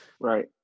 Right